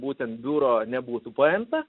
būtent biuro nebūtų paimta